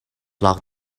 locked